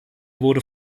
wurde